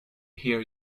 hear